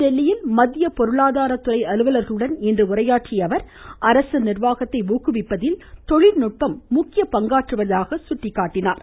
புதுதில்லியில் இன்று மத்திய பொருளாதார துறை அலுவலர்களுடன் உரையாற்றிய அவர் அரசு நிர்வாகத்தை ஊக்குவிப்பதில் தொழில் நுட்பம் முக்கிய பங்காற்றுவதாக சுட்டிக்காட்டினார்